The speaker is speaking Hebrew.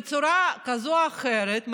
בצורה כזו או אחרת,